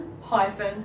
hyphen